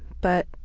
but,